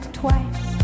twice